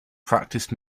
practiced